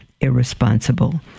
irresponsible